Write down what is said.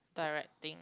directing